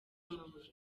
amabuye